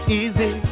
easy